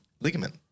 ligament